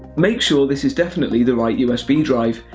make sure this is definitely the right usb drive,